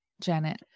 Janet